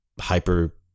hyper